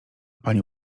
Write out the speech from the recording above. panie